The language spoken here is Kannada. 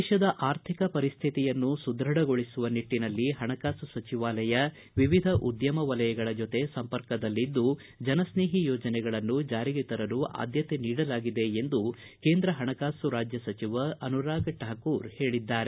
ದೇಶದ ಆರ್ಥಿಕ ಪರಿಸ್ಥಿತಿಯನ್ನು ಸದೃಢಗೊಳಿಸುವ ನಿಟ್ಟನಲ್ಲಿ ಹಣಕಾಸು ಸಚಿವಾಲಯ ವಿವಿಧ ಉದ್ದಮ ವಲಯಗಳ ಜೊತೆ ಸಂಪರ್ಕದಲ್ಲಿದ್ದು ಜನಸ್ನೇಹಿ ಯೋಜನೆಗಳನ್ನು ಜಾರಿಗೆ ತರಲು ಆದ್ಯತೆ ನೀಡಲಾಗಿದೆ ಎಂದು ಕೇಂದ್ರ ಹಣಕಾಸು ರಾಜ್ಯ ಸಚಿವ ಅನುರಾಗ ಠಾಕೂರ ಹೇಳಿದ್ದಾರೆ